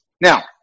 now